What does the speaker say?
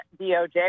DOJ